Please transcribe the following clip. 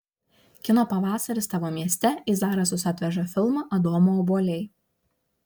kino pavasaris tavo mieste į zarasus atveža filmą adomo obuoliai